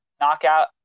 Knockout